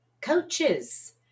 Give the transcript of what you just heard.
coaches